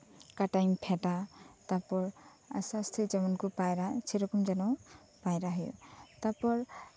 ᱠᱟᱴᱟᱧ ᱯᱷᱮᱰ ᱟᱹᱧ ᱛᱟᱨᱯᱚᱨ ᱟᱥᱛᱮ ᱟᱥᱛᱮ ᱡᱮᱢᱚᱱ ᱠᱚ ᱯᱟᱭᱨᱟᱜ ᱥᱮᱨᱚᱠᱚᱢ ᱡᱮᱱᱳ ᱯᱟᱭᱨᱟ ᱦᱩᱭᱩᱜ ᱛᱟᱨᱯᱚᱨ